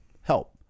help